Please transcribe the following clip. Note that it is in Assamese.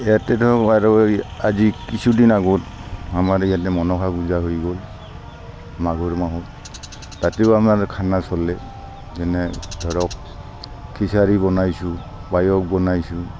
য়াতে ধৰক আৰু আজি কিছুদিন আগত আমাৰ ইয়াতে মনসা পূজা হৈ গ'ল মাঘৰ মাহত তাতেও আমাৰ খানা চলে যেনে ধৰক খিচাৰী বনাইছোঁ পায়স বনাইছোঁ